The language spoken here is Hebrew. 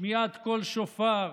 שמיעת קול שופר,